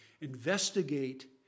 investigate